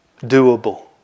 doable